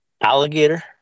alligator